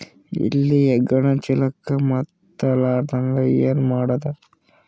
ಇಲಿ ಹೆಗ್ಗಣ ಚೀಲಕ್ಕ ಹತ್ತ ಲಾರದಂಗ ಏನ ಮಾಡದ?